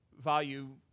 value